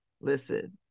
Listen